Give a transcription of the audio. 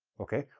okay?